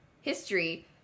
history